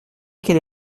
quelle